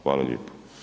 Hvala lijepo.